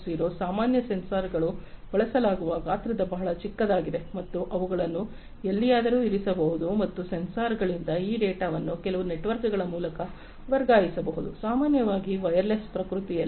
0 ಸಾಮಾನ್ಯ ಸೆನ್ಸಾರ್ಗಳಲ್ಲಿ ಬಳಸಲಾಗುವ ಗಾತ್ರದಲ್ಲಿ ಬಹಳ ಚಿಕ್ಕದಾಗಿದೆ ಮತ್ತು ಅವುಗಳನ್ನು ಎಲ್ಲಿಯಾದರೂ ಇರಿಸಬಹುದು ಮತ್ತು ಸೆನ್ಸಾರ್ಗಳಿಂದ ಈ ಡೇಟಾವನ್ನು ಕೆಲವು ನೆಟ್ವರ್ಕ್ಗಳ ಮೂಲಕ ವರ್ಗಾಯಿಸಬಹುದು ಸಾಮಾನ್ಯವಾಗಿ ವಯರ್ಲೆಸ್ ಪ್ರಕೃತಿಯಲ್ಲಿ